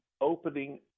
opening